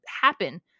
happen